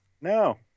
no